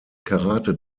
karate